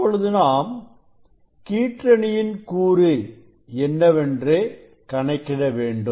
இப்பொழுது நாம் கீற்றணியின் கூறு என்னவென்று கணக்கிட வேண்டும்